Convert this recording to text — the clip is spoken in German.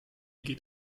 geht